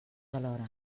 alhora